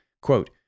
quote